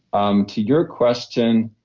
um to your question,